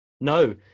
No